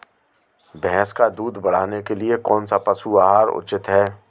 भैंस का दूध बढ़ाने के लिए कौनसा पशु आहार उचित है?